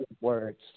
words